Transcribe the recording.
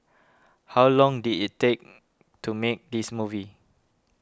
how long did it take to make this movie